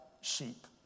sheep